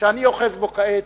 שאני אוחז בו כעת,